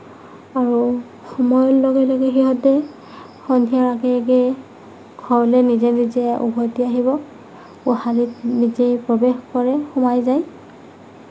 আৰু সময়ৰ লগে লগে সিহঁতে সন্ধিয়াৰ আগে আগে ঘৰলৈ নিজে নিজে উভতি আহিব গোহালিত নিজেই প্ৰৱেশ কৰে সোমাই যায়